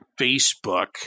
Facebook